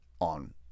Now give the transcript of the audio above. on